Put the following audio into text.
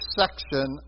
section